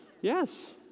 Yes